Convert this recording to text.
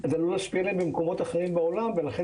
זה עלול להשפיע במקומות אחרים בעולם ולכן